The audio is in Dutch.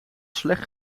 slecht